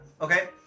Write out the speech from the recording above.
okay